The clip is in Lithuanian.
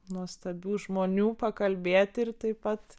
nuostabių žmonių pakalbėti ir taip pat